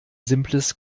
simples